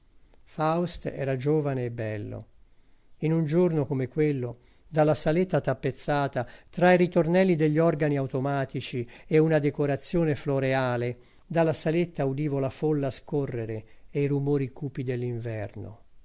faust era giovane e bello in un giorno come quello dalla saletta tappezzata tra i ritornelli degli organi automatici e una decorazione floreale dalla saletta udivo la folla scorrere e i rumori cupi